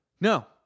no